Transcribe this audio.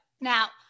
Now